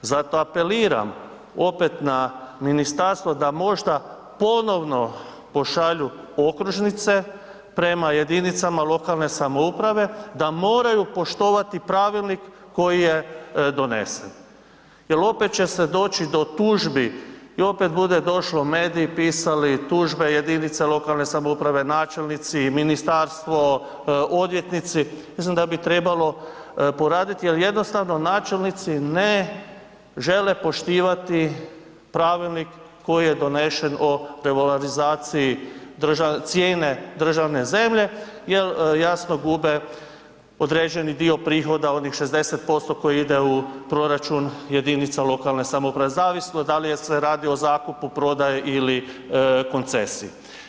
Zato apeliram opet na ministarstvo da možda ponovno pošalju okružnice prema jedinicama lokalne samouprave da moraju poštovati pravilnik koji je donesen jel opet će se doći do tužbi i opet bude došlo, mediji pisali, tužbe jedinica lokalne samouprave, načelnici i ministarstvo, odvjetnici, mislim da bi trebalo poraditi jel jednostavno načelnici ne žele poštivati pravilnik koji je donešen o revalorizaciji cijene državne zemlje jel jasno gube određeni dio prihoda onih 60% koji ide u proračun jedinica lokalne samouprave, zavisno dal je se radi o zakupu prodaje ili koncesiji.